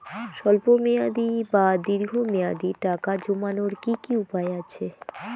স্বল্প মেয়াদি বা দীর্ঘ মেয়াদি টাকা জমানোর কি কি উপায় আছে?